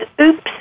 oops